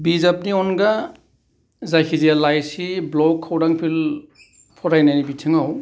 बिजाबनि अनगा जायखिजाया लाइसि ब्लग खौरांफोर फरायनाय बिथिङाव